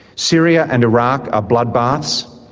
syria and iraq are bloodbaths.